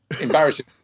embarrassing